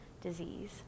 disease